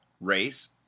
race